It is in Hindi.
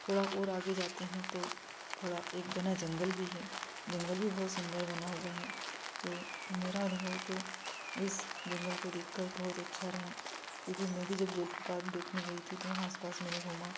थोड़ा और आगे जाते हैं तो थोड़ा एक घना जंगल भी है जंगल भी बहुत सुंदर बना हुआ है तो मेरा अनुभव तो इस जंगल को देखकर बहुत अच्छा रहा क्योंकि मैं भी जब जेठु पार्क देखने गई थी तो वहाँ आसपास मैंने घूमा